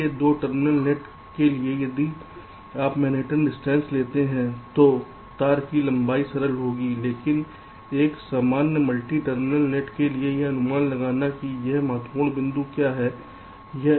इसलिए 2 terminal net के लिए यदि आप मैनहट्टन की दूरी लेते हैं तो तार की लंबाई सरल होगी लेकिन एक सामान्य मल्टी टर्मिनल नेट के लिए यह अनुमान लगाना है कि यहां महत्वपूर्ण बिंदु क्या है